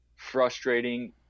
frustrating